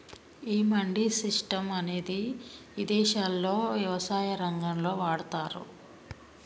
ఈ మండీ సిస్టం అనేది ఇదేశాల్లో యవసాయ రంగంలో వాడతాన్రు